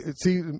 see